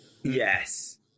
Yes